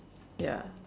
ya